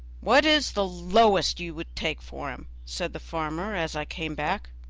what is the lowest you will take for him? said the farmer as i came back.